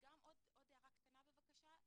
עוד הערה קטנה בבקשה.